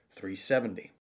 370